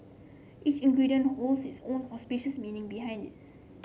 each ingredient holds its own auspicious meaning behind it